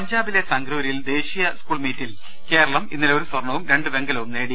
പഞ്ചാബിലെ സംഗ്രൂരിൽ ദേശീയ സ്കൂൾ മീറ്റിൽ കേരളം ഇന്നലെ ഒരു സ്വർണവും രണ്ട് വെങ്കലവും നേടി